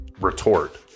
retort